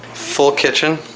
full kitchen,